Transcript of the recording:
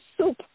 soup